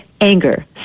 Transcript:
anger